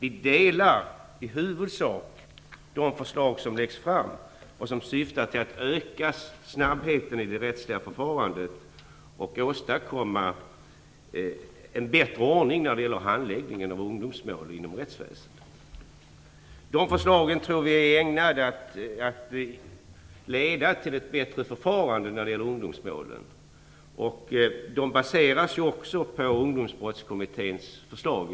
I huvudsak instämmer vi i de förslag som läggs fram och som syftar till ökad snabbhet i det rättsliga förfarandet och till att åstadkomma en bättre ordning när det gäller handläggningen av ungdomsmål inom rättsväsendet. Vi tror att de förslagen är ägnade att leda till ett bättre förfarande vad gäller ungdomsmålen. De baseras ju också i huvudsak på Ungdomsbrottskommitténs förslag.